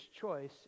choice